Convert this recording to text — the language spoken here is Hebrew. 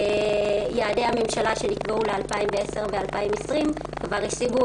יעדי הממשלה שנקבעו ל-2010 2020 כבר השיגו